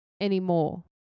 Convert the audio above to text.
anymore